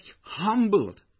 humbled